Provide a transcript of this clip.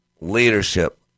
leadership